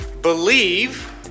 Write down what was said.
believe